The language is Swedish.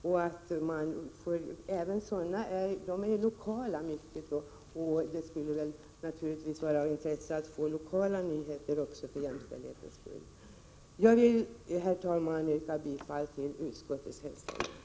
Dessa tidningar är ofta lokala, och det skulle naturligtvis vara av intresse även för jämställdhetens skull att få lokala nyheter. Herr talman! Jag yrkar bifall till utskottets hemställan.